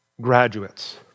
Graduates